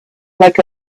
like